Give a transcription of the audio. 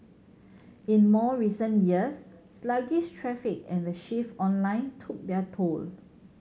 in more recent years sluggish traffic and the shift online took their toll